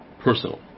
personal